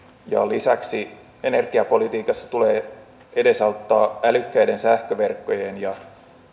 lisäksi energiapolitiikassa tulee edesauttaa älykkäiden sähköverkkojen ja